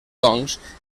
doncs